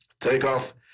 Takeoff